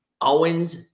Owens